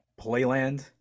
Playland